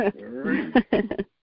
right